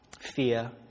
fear